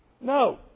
No